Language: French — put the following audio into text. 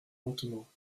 lentement